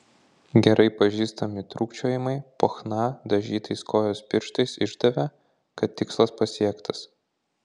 gerai pažįstami trūkčiojimai po chna dažytais kojos pirštais išdavė kad tikslas pasiektas